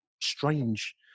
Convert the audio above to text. strange